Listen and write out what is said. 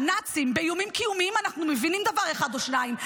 "נאצים"; "באיומים קיומיים אנחנו מבינים דבר אחד או שניים.